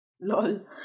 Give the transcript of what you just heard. Lol